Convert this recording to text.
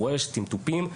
עם תופים,